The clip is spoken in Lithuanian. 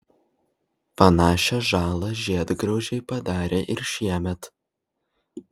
panašią žalą žiedgraužiai padarė ir šiemet